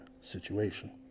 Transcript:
situation